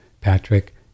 Patrick